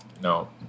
no